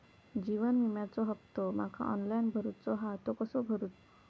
जीवन विम्याचो हफ्तो माका ऑनलाइन भरूचो हा तो कसो भरू?